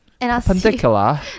perpendicular